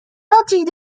lentille